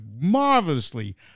marvelously